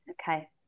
Okay